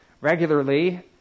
regularly